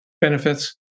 benefits